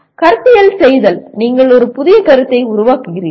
கருத்தியல் செய்தல் நீங்கள் ஒரு புதிய கருத்தை உருவாக்குகிறீர்கள்